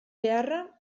beharra